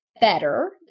better